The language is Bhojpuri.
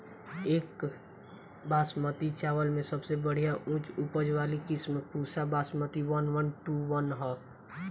एक बासमती चावल में सबसे बढ़िया उच्च उपज वाली किस्म Pusa Basmati one one two one ह?